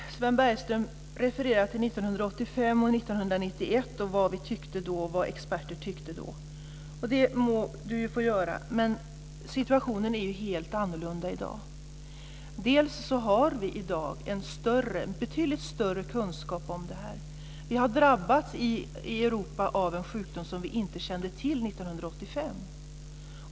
Fru talman! Sven Bergström refererar till 1985 och 1991 och vad vi och experter tyckte då. Det må han få göra, men situationen är ju helt annorlunda i dag. I dag har vi en betydligt större kunskap om det här. Vi har i Europa drabbats av en sjukdom som vi inte kände till 1985.